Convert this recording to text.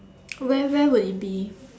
where where would it be